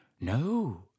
No